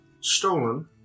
stolen